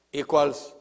equals